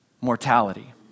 mortality